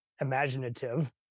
imaginative